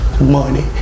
Money